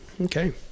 okay